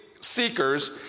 seekers